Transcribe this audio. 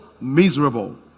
miserable